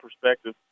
perspective